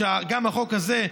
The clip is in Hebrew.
שגם החוק הזה,